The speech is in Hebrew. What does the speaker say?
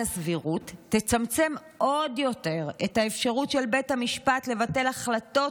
הסבירות יצמצם עוד יותר את האפשרות של בית המשפט לבטל החלטות